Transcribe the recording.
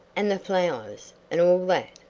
and the flowers, and all that?